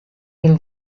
mil